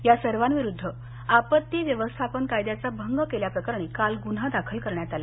या सर्वाविरुध्द आपत्ती व्यवस्थापन कायद्याचा भंग केल्या प्रकरणी काल गुन्हा दाखल करण्यात आला